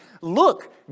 look